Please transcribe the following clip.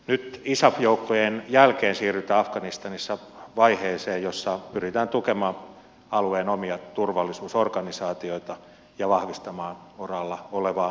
nyt isaf joukkojen jälkeen siirrytään afganistanissa vaiheeseen jossa pyritään tukemaan alueen omia turvallisuusorganisaatioita ja vahvistamaan oraalla olevaa demokratiaa